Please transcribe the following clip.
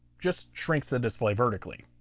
just shrinks the display vertically.